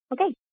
Okay